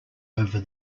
over